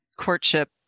courtship